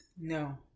No